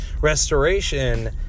Restoration